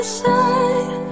side